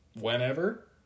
Whenever